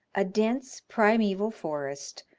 a dense primeval forest,